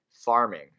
farming